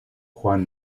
juan